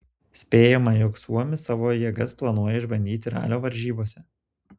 spėjama jog suomis savo jėgas planuoja išbandyti ralio varžybose